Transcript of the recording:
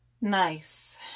nice